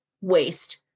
Waste